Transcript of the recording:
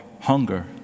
hunger